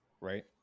right